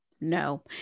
no